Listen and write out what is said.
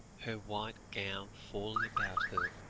her white gown falling about her,